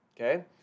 okay